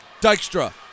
Dykstra